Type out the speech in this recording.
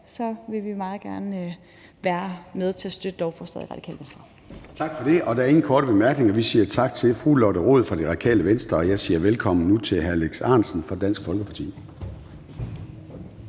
så vil vi meget gerne være med til at støtte lovforslaget i Radikale Venstre. Kl. 13:49 Formanden (Søren Gade): Tak for det. Der er ingen korte bemærkninger, og så siger vi tak til fru Lotte Rod fra Radikale Venstre. Og jeg siger velkommen nu til hr. Alex Ahrendtsen fra Dansk Folkeparti.